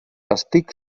estic